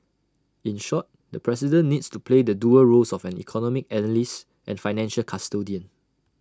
in short the president needs to play the dual roles of an economic analyst and financial custodian